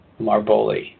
Marboli